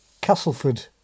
Castleford